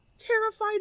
Terrified